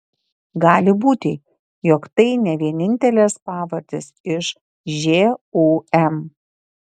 gali būti jog tai ne vienintelės pavardės iš žūm